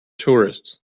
tourists